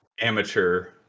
Amateur